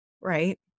right